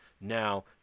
Now